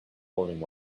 holding